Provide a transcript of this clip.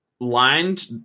Lined